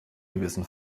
gewissen